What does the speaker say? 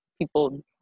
people